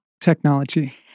Technology